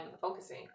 focusing